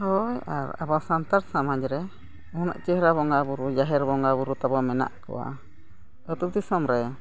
ᱦᱳᱭ ᱟᱨ ᱟᱵᱚ ᱥᱟᱱᱛᱟᱲ ᱥᱚᱢᱟᱡᱽ ᱨᱮ ᱩᱱᱟᱹᱜ ᱪᱮᱦᱨᱟ ᱵᱚᱸᱜᱟᱼᱵᱩᱨᱩ ᱡᱟᱦᱮᱨ ᱵᱚᱸᱜᱟᱼᱵᱩᱨᱩ ᱛᱟᱵᱚᱱ ᱢᱮᱱᱟᱜ ᱠᱚᱣᱟ ᱟᱛᱳ ᱫᱤᱥᱚᱢ ᱨᱮ